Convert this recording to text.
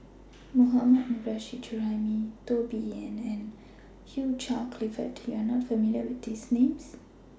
Mohammad Nurrasyid Juraimi Teo Bee Yen and Hugh Charles Clifford YOU Are not familiar with These Names